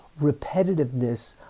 repetitiveness